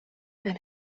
and